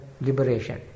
liberation